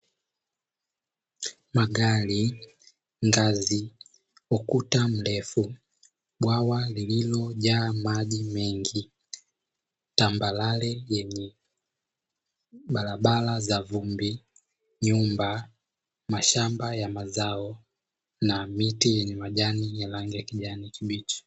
Magari, ngazi, ukuta mrefu, bwawa lililojaa maji mengi, tambarare yenye barabara za vumbi, nyumba, mashamba ya mazao na miti yenye majani ya rangi ya kijani kibichi.